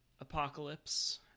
apocalypse